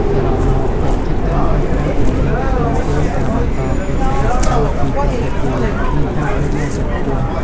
សរុបមក កិច្ចខិតខំប្រឹងប្រែងទាំងនេះទាមទារការបន្តកិច្ចសហការពីគ្រប់ភាគី និងការប្ដេជ្ញាចិត្តខ្ពស់។